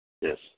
Yes